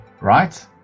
Right